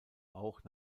auch